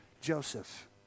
Joseph